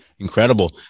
Incredible